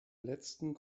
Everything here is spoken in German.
letzten